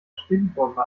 stinkbombe